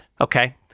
okay